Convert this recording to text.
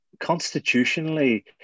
Constitutionally